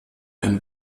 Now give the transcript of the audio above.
ein